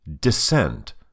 Descent